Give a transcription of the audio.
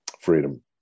Freedom